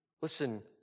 listen